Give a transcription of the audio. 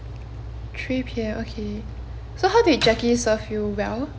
three P_M okay so how did jackie serve you well